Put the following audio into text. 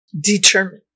determined